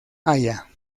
haya